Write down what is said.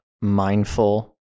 mindful